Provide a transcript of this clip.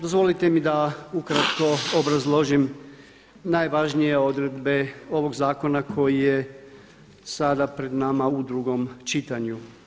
Dozvolite mi da ukratko obrazložim najvažnije odredbe ovog zakona koji je sada pred nama u drugom čitanju.